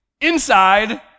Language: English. inside